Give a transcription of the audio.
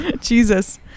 Jesus